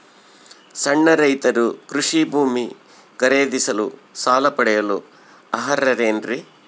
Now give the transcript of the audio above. ಸಣ್ಣ ರೈತರು ಕೃಷಿ ಭೂಮಿ ಖರೇದಿಸಲು ಸಾಲ ಪಡೆಯಲು ಅರ್ಹರೇನ್ರಿ?